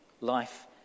life